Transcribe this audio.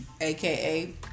aka